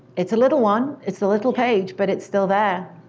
it's a little one. it's a little page, but it's still there.